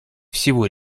всего